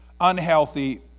unhealthy